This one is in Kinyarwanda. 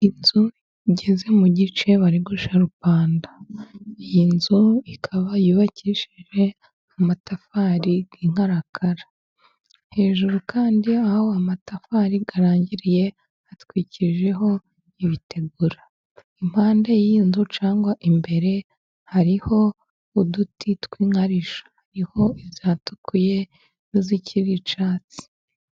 Inzu igeze mu gice baregusharupanta, iyi nzu ikaba yubakishije amatafari y'inkarakara, hejuru kandi aho amatafari arangiriye hatwikijeho ibitegura, impande y'inzu cyangwa imbere hariho uduti tw'inkarisho niho izatukuye, n'izikiri icyatsi.